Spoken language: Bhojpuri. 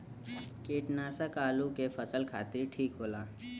कीटनाशक आलू के फसल खातिर ठीक होला